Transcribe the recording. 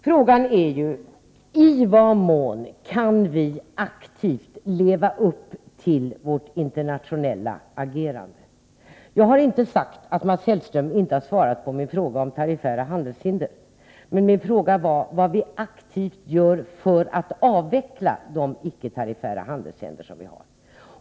Frågan är ju: I vad mån kan vi aktivt leva upp till vårt internationella agerande? Jag har inte sagt att Mats Hellström inte har svarat på min fråga om tariffära handelshinder, men min fråga var vad man aktivt gör för att avveckla de icke tariffära handelshinder som vi har.